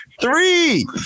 Three